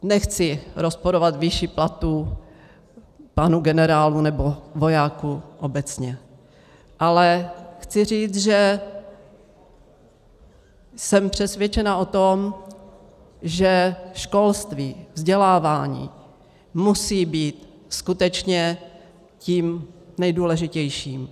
Nechci rozporovat výši platů pánů generálů nebo vojáků obecně, ale chci říct, že jsem přesvědčena o tom, že školství, vzdělávání musí být skutečně tím nejdůležitějším.